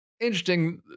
Interesting